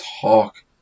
talk